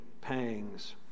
pangs